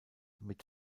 mit